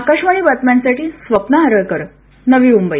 आकाशवाणी बातम्यांसाठी स्वप्ना हरळकर नवी मुंबई